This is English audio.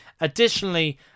Additionally